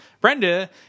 Brenda